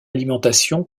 alimentation